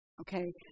okay